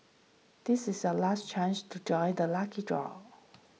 this is your last chance to join the lucky draw